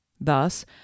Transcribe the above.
Thus